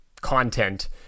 content